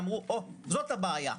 אמרו: הו, זאת הבעיה.